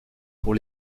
pour